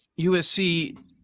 USC